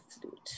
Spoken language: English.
flute